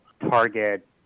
target